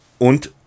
Und